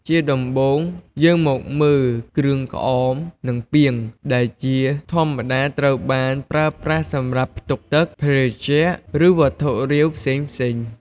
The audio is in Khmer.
ជាដំំបូងយើងមកមើល គ្រឿងក្អម និងពាង ដែលជាធម្មតាត្រូវបានប្រើប្រាស់សម្រាប់ផ្ទុកទឹក ភេសជ្ជៈ ឬវត្ថុរាវផ្សេងៗ។